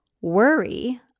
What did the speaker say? Worry